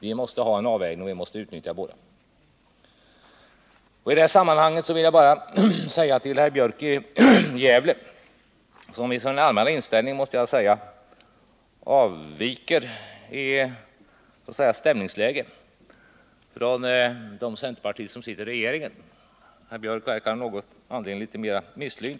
Vi måste göra en avvägning, och vi måste satsa på båda dessa I det sammanhanget vill jag vända mig till herr Björk i Gävle, som i sin allmänna inställning avviker från de centerpartister som sitter i regeringen — herr Björk verkar av någon anledning vara mera misslynt.